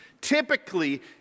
Typically